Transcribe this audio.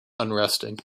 unresting